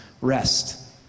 Rest